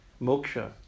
Moksha